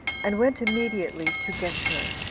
and went immediately to geshur,